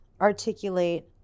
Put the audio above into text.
articulate